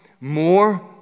more